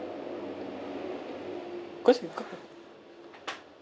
cause